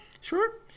sure